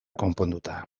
konponduta